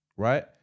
Right